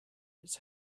its